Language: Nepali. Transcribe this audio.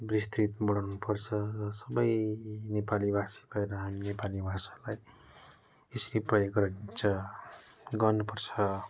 विस्तृत बढाउनु पर्छ र सबै नेपाली भाषी भएर हामी नेपाली भाषालाई यसरी प्रयोग गरिरहनु पर्छ गर्नु पर्छ